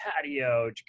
patio